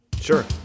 Sure